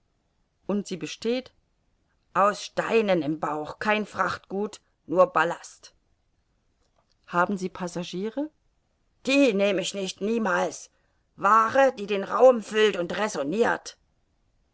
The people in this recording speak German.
und sie besteht aus steinen im bauch kein frachtgut nur ballast haben sie passagiere die nehm ich nicht niemals waare die den raum füllt und räsonnirt